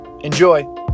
Enjoy